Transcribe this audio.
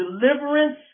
deliverance